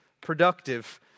productive